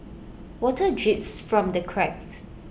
water drips from the cracks